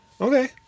okay